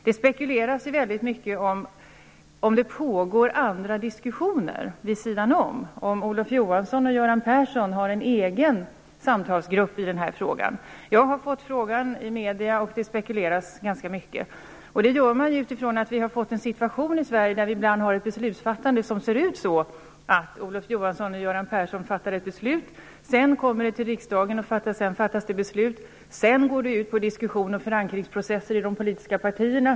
Det spekuleras samtidigt väldigt mycket om huruvida det pågår andra diskussioner vid sidan om, om Olof Johansson och Göran Persson har en egen samtalsgrupp i den här frågan. Jag har fått frågan av medierna, och det spekuleras ganska mycket. Det gör man på grund av att vi har fått en situation i Sverige där vi ibland har ett beslutsfattande som ser ut så, att Olof Johansson och Göran Persson kommer överens. Sedan kommer ärendet till riksdagen och här fattas det beslut. Sedan går det ut på diskussion och i förankringsprocesser i de politiska partierna.